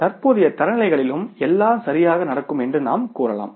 தற்போதைய தரநிலைகளிலும் எல்லாம் சரியாக நடக்கும் என்று நாம் கூறலாம்